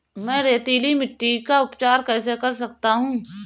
मैं रेतीली मिट्टी का उपचार कैसे कर सकता हूँ?